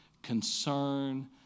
Concern